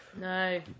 No